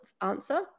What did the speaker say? answer